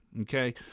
okay